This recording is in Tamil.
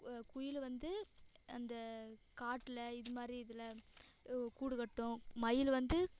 குயில் வந்து அந்த காட்டில இதுமாதிரி இதில் கூடு கட்டும் மயில் வந்து